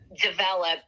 develop